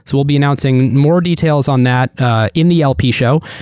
we'll be announcing more details on that in the lp show.